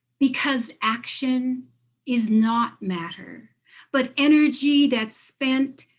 because action is not matter but energy that spent,